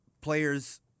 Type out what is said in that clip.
Players